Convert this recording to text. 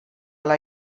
ala